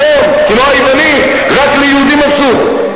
היום, כמו היוונים, רק ליהודים אסור.